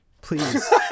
please